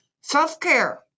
Self-care